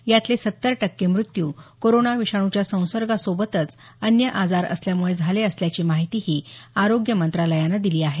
यातले सत्तर टक्के मृत्यू कोरोना विषाणूच्या संसर्गासोबतच अन्य आजार असल्यामुळे झाले असल्याची माहितीही केंद्रीय आरोग्य मंत्रालयानं दिली आहे